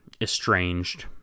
estranged